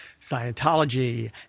Scientology